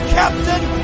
captain